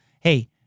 Hey